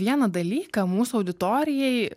vieną dalyką mūsų auditorijai